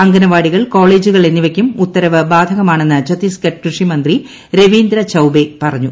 അംഗനവാടികൾ കോളേജൂകൂൾ എന്നിവക്കും ഉത്തരവ് ബാധകമാണെന്ന് ഛത്തീസ്ഗഡ് കൃഷിമന്ത്രി ർപ്പീന്ദ്ര ഛൌബെ പറഞ്ഞു